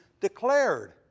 declared